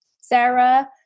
Sarah